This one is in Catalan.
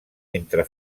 entre